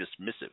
dismissive